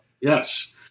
yes